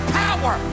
power